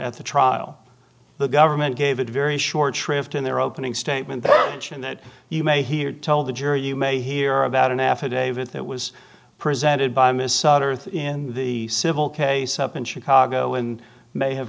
at the trial the government gave a very short shrift in their opening statement that you may hear told the jury you may hear about an affidavit that was presented by ms sutter in the civil case up in chicago and may have